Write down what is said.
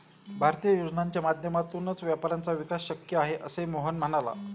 भारतीय योजनांच्या माध्यमातूनच व्यापाऱ्यांचा विकास शक्य आहे, असे मोहन म्हणाला